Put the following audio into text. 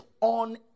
on